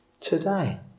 today